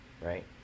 right